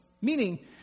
Meaning